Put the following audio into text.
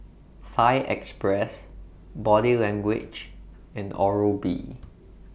Thai Express Body Language and Oral B